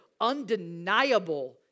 undeniable